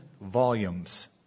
volumes